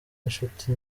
inshuti